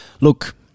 Look